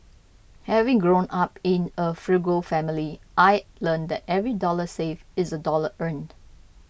having grown up in a frugal family I learnt that every dollar saved is a dollar earned